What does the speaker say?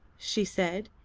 she said,